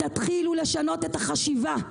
תתחילו לשנות את החשיבה,